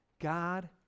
God